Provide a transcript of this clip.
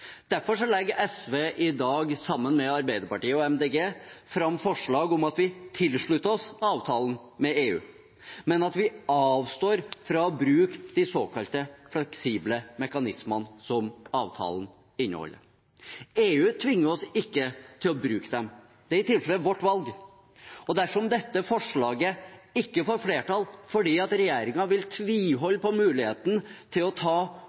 Derfor legger SV i dag, sammen med Arbeiderpartiet og MDG, fram forslag om at vi tilslutter oss avtalen med EU, men at vi avstår fra å bruke de såkalte fleksible mekanismene som avtalen inneholder. EU tvinger oss ikke til å bruke dem. Det er i tilfelle vårt valg. Og dersom dette forslaget ikke får flertall fordi regjeringen vil tviholde på muligheten til å ta